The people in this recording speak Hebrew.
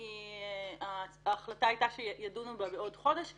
אלא החליטו שידונו בה בעוד חודש,